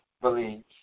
believe